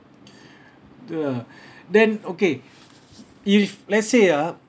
the then okay if let's say ah